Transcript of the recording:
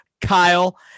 Kyle